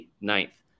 ninth